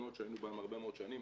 משרד התחבורה ארז לבחר סגן